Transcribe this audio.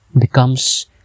becomes